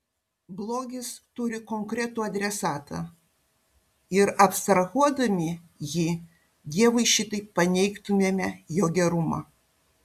blogis turi konkretų adresatą ir abstrahuodami jį dievui šitaip paneigtumėme jo gerumą